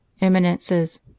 Eminences